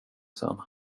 sen